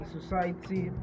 society